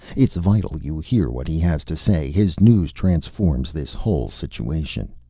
it's vital you hear what he has to say. his news transforms this whole situation.